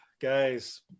Guys